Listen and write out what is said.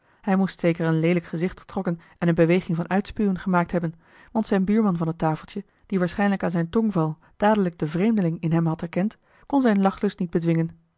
hij moest zeker een leelijk gezicht getrokken en eene beweging van uitspuwen gemaakt hebben want zijn buurman van het tafeltje die waarschijnlijk aan zijn tongval dadelijk den vreemdeling in hem had herkend kon zijn lachlust niet bedwingen